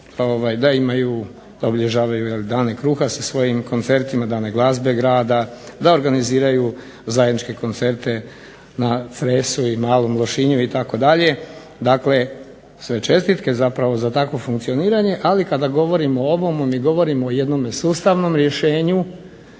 da obilježavaju dane kruha sa svojim koncertima, dane glazbe grada, da organiziraju zajedničke koncerte na Cresu i Malom Lošinju itd. Dakle, sve čestitke zapravo za takvo funkcioniranje, ali kada govorimo o ovome mi govorimo o jednom sustavnom rješenju